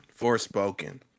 Forspoken